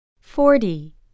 forty